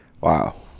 wow